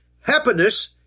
Happiness